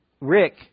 Rick